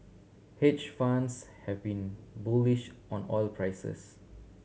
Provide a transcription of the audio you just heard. hedge funds have been bullish on oil prices